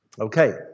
Okay